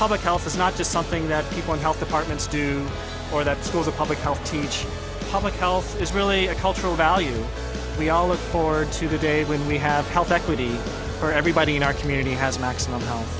public health is not just something that people in health departments do or that schools of public health teach public health is really a cultural value we all look forward to the day when we have health equity for everybody in our community has maximum